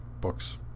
books